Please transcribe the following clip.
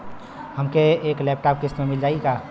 हमके एक लैपटॉप किस्त मे मिल जाई का?